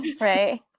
right